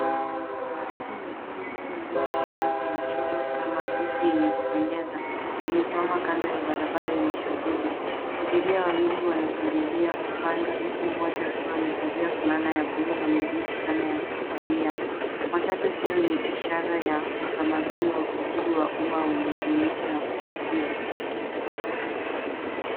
Mtatu nyekundu iliyorembeshwa sana kwa michoro na maandishi yenye kupendeza. Imesimama kando ya barabara yenye shughuli. Abiria wawili wanakaribia kupanda huku mmoja akiwa amevalia fulana ya buluu na mwingine fulana ya kahawia. Matatu hiyo ni ishara ya utamaduni wa usafiri wa uma wenye ubunifu na wa kuvutia.